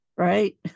Right